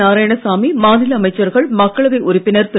நாராயணசாமி மாநில அமைச்சர்கள் மக்களவை உறுப்பினர் திரு